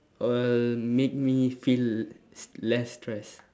will make me feel less stress